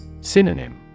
Synonym